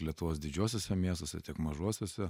lietuvos didžiuosiuose miestuose tiek mažuosiuose